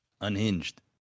Unhinged